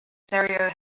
stereo